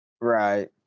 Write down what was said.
right